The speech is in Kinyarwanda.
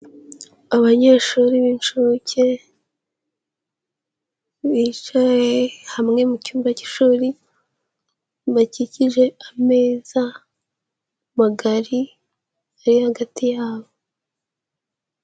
Abanyeshuri b'incuke bicaye hamwe mu cyumba cy'ishuri, bakikije ameza magari ari hagati yabo.